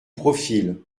profils